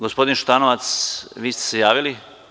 Gospodin Šutanovac, vi ste se javili.